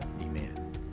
Amen